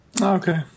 Okay